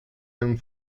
einen